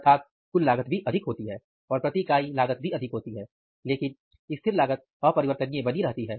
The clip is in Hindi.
अर्थात कुल लागत भी अधिक होती है और प्रति इकाई लागत भी अधिक होती है लेकिन स्थिर लागत अपरिवर्तनीय बनी रहती है